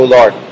Lord